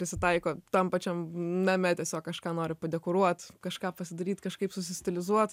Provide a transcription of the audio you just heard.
prisitaiko tam pačiam name tiesiog kažką nori padekoruoti kažką pasidaryt kažkaip susistilizuot